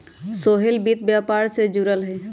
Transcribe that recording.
सोहेल वित्त व्यापार से जुरल हए